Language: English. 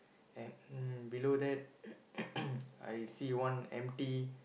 and mm below that I see one empty